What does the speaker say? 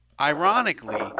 ironically